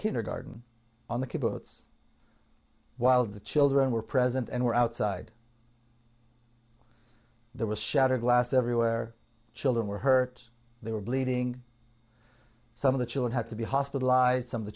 kindergarten on the kibbutz while the children were present and were outside there was shattered glass everywhere children were hurt they were bleeding some of the children had to be hospitalized some of the